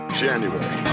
january